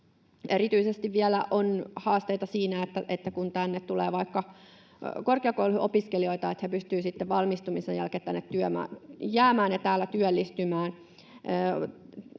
Erityisesti vielä on haasteita siinä, että kun tänne tulee vaikka korkeakouluopiskelijoita, niin he pystyvät sitten valmistumisen jälkeen tänne jäämään ja täällä työllistymään.